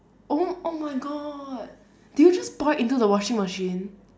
oh oh my god did you just pour it into the washing machine